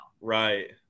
Right